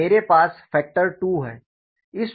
तो मेरे पास फैक्टर 2 है